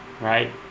right